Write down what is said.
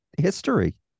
history